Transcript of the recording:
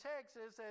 Texas